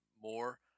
more